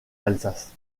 alsace